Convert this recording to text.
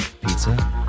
pizza